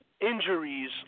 injuries